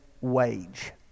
wage